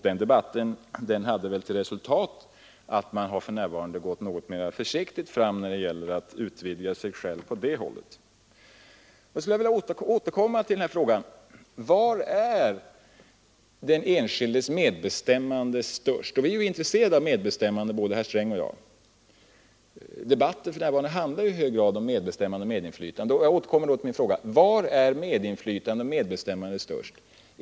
Den debatten hade till resultat att man sedan gått mer försiktigt fram när det gäller att utvidga den verksamheten. Jag skulle vilja återkomma till frågan var den enskildes medbestämmande är störst. Vi är intresserade av medbestämmande, både herr Sträng och jag. Debatten handlar för närvarande i hög grad om medbestämmande och medinflytande. Jag återkommer alltså till min fråga: Var är medinflytande och medbestämmande störst?